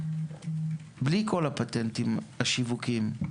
בלי כל הפטנטים השיווקיים,